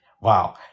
Wow